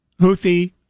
houthi